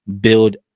build